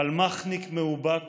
פלמ"חניק מאובק